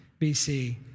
BC